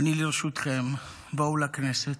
אני לרשותכם, בואו לכנסת.